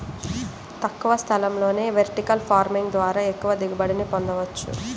తక్కువ స్థలంలోనే vertical farming ద్వారా ఎక్కువ దిగుబడిని పొందవచ్చు